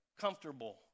comfortable